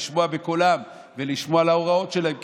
לשמוע בקולם ולשמוע להוראות שלהם.